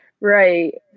Right